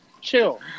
Chill